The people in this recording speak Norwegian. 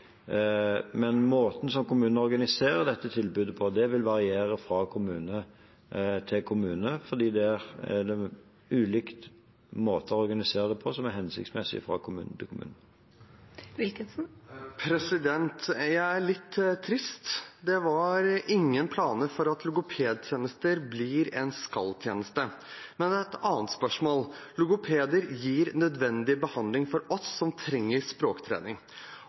Men måten kommunene organiserer dette tilbudet på, vil variere fra kommune til kommune ut fra hva som er hensiktsmessig i den enkelte kommunen. Jeg er litt trist. Det var ingen planer for at logopedtjenester blir en skal-tjeneste. Et annet spørsmål: Logopeder gir nødvendig behandling til oss som trenger språktrening.